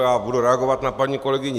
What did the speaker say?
Já budu reagovat na paní kolegyni